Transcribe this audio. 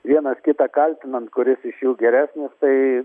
vienas kitą kaltinant kuris iš jų geresnis tai